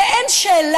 הרי אין שאלה,